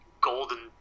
golden